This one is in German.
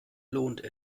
lohnt